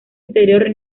interior